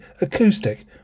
acoustic